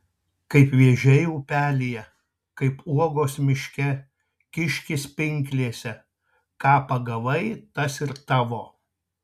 kaip vėžiai upelyje kaip uogos miške kiškis pinklėse ką pagavai tas ir tavo